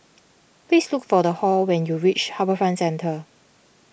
please look for Hall when you reach HarbourFront Centre